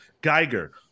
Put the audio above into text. Geiger